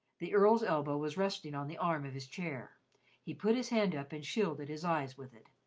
the earl's elbow was resting on the arm of his chair he put his hand up and shielded his eyes with it.